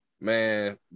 Man